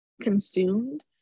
consumed